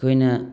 ꯑꯩꯈꯣꯏꯅ